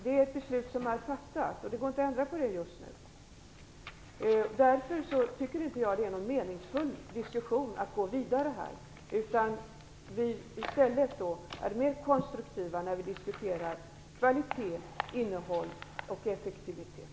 Det är ett beslut som har fattats, och det går inte att ändra på det just nu. Därför tycker inte jag att det är meningsfullt att fortsätta den diskussionen. Vi är mer konstruktiva när vi i stället diskuterar kvalitet, innehåll och effektivitet.